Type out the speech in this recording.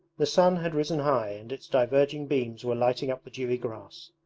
the sun had risen high and its diverging beams were lighting up the dewy grass.